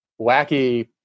wacky